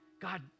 God